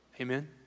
Amen